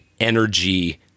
energy